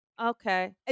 okay